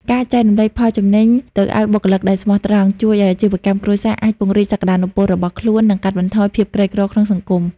ការចែករំលែកផលចំណេញទៅឱ្យបុគ្គលិកដែលស្មោះត្រង់ ជួយឱ្យអាជីវកម្មគ្រួសារអាចពង្រីកសក្ដានុពលរបស់ខ្លួន និងកាត់បន្ថយភាពក្រីក្រក្នុងសង្គម។